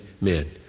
men